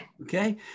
Okay